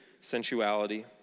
sensuality